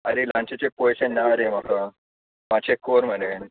आरे लॉन्चाचे पयशे ना रे म्हाका मात्शे कोर मरे